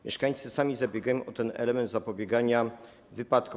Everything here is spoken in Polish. Mieszkańcy sami zabiegają o ten element zapobiegania wypadkom.